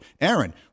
Aaron